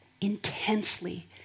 intensely